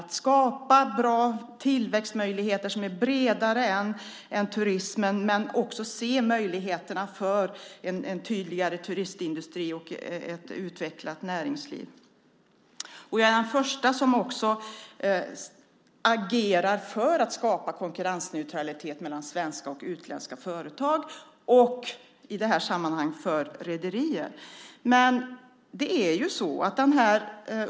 Det handlar om att man ska skapa bra tillväxtmöjligheter som är bredare än turismen men också om att se möjligheterna för turistindustrin och ett utvecklat näringsliv. Jag är också den första att agera för att skapa konkurrensneutralitet mellan svenska och utländska företag och, i det här sammanhanget, för rederier.